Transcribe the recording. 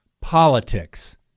politics